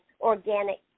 organic